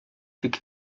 fick